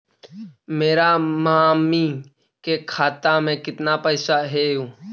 मेरा मामी के खाता में कितना पैसा हेउ?